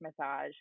massage